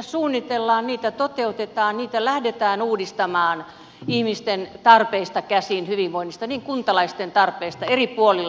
suunnitellaan niitä toteutetaan niitä lähdetään uudistamaan ihmisten tarpeista käsin hyvinvoinnista kuntalaisten tarpeista eri puolilla suomea